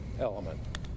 element